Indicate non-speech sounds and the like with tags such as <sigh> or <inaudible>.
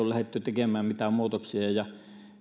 <unintelligible> lähdetty tekemään mitään muutoksia